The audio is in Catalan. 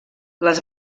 les